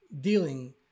dealing